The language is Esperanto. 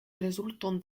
rezulton